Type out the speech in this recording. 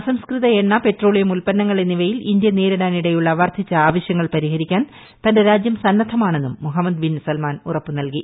അസംസ്കൃത എണ്ണ പെട്രോളിയം ഉൽപന്നങ്ങൾ എന്നിവയിൽ ഇന്ത്യ നേരിടാൻ ഇടയുള്ള വർദ്ധിച്ച ആവശ്യങ്ങൾ പരിഹരിക്കാൻ തന്റെ രാജ്യം സന്നദ്ധമാണെന്നും മുഹമ്മദ് ബിൻ സൽമാൻ ഉറപ്പ് നൽകി